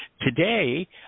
Today